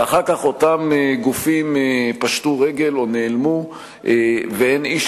ואחר כך אותם גופים פשטו רגל או נעלמו ואין איש